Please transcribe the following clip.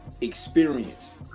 experience